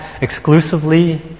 exclusively